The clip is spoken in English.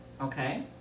Okay